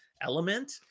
element